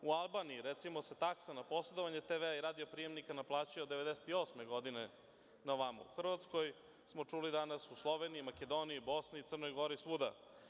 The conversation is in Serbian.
U Albaniji se, recimo, taksa na posedovanje TV-a i radio prijemnika naplaćuje od 1998. godine na ovamo, u Hrvatskoj smo čuli danas, u Sloveniji, Makedoniji, Bosni, Crnoj Gori, svuda.